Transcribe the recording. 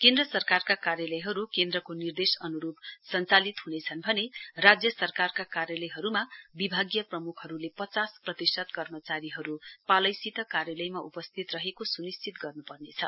केन्द्र सरकारका कार्यालयहरू केन्द्रको निर्देस अनुरूप सञ्चालित हुनेछन् भने राज्य सरकारका कार्यालयहरूमा विभागीय प्रमुखहरूले पचास प्रतिशत कर्मचारीहरू पालैसित कार्यालयमा उपस्थित रहेको सुनिश्चित गर्नु पर्नेछ